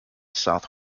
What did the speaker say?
south